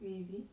maybe